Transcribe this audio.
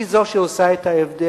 היא זו שעושה את ההבדל.